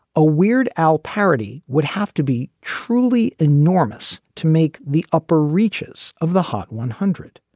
a weird al parody would have to be truly enormous to make the upper reaches of the hot one hundred.